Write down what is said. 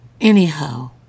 Anyhow